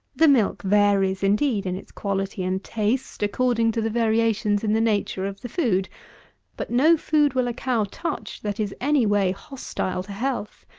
the milk varies, indeed, in its quality and taste according to the variations in the nature of the food but no food will a cow touch that is any way hostile to health.